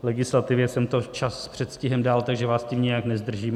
Legislativě jsem to včas s předstihem dal, takže vás tím nijak nezdržím.